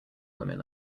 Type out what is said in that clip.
women